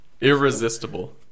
Irresistible